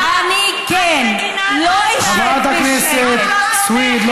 אנחנו בעד מדינת ישראל ובעד צה"ל.